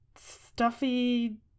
stuffy